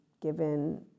given